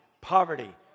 Poverty